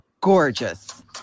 gorgeous